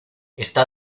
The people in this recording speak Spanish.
está